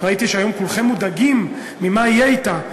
ראיתי שהיום כולכם מודאגים מה יהיה אתה,